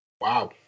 Wow